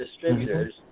distributors